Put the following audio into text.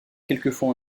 quelquefois